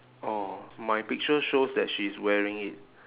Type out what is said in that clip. oh my picture shows that she's wearing it